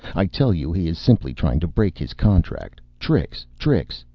i tell you he is simply trying to break his contract tricks, tricks,